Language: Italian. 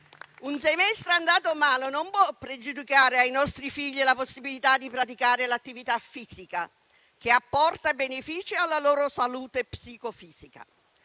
Un semestre andato male non può pregiudicare ai nostri figli la possibilità di praticare l'attività fisica, che apporta benefici alla loro salute psicofisica,